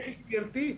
גברתי,